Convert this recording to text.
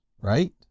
right